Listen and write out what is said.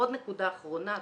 עוד נקודה אחרונה.